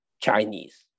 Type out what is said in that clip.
Chinese